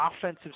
offensive